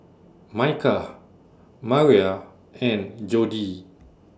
Micah Maria and Jodie